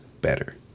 better